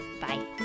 bye